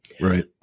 Right